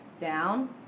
down